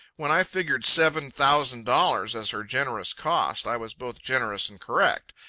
when i figured seven thousand dollars as her generous cost, i was both generous and correct.